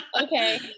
Okay